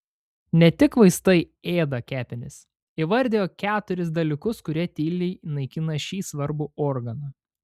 ne tik vaistai ėda kepenis įvardijo keturis dalykus kurie tyliai naikina šį svarbų organą